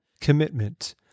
commitment